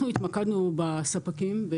אנחנו התמקדנו בספקים.